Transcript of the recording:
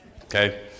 Okay